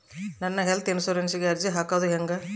ನಾನು ಹೆಲ್ತ್ ಇನ್ಸುರೆನ್ಸಿಗೆ ಅರ್ಜಿ ಹಾಕದು ಹೆಂಗ?